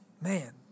man